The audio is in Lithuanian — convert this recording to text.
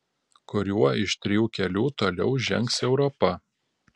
kuriuo iš trijų kelių toliau žengs europa